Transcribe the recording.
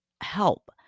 help